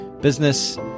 business